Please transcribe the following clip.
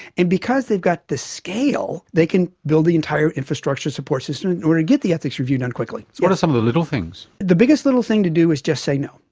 and because they've got this scale, they can build the entire infrastructure support system in order to get the ethics review done quickly. so what are some of the little things? the biggest little thing to do is just say no.